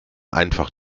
einfach